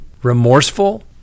Remorseful